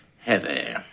Heavy